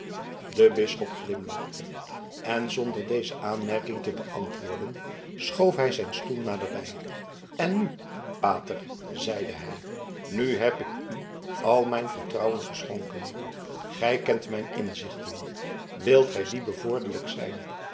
de bisschop glimlachte en zonder deze aanmerking te beantwoorden schoof hij zijn stoel naderbij en nu pater zeide hij nu heb ik u al mijn vertrouwen geschonken gij kent mijn inzichten wilt gij die bevorderlijk zijn